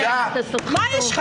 אבל,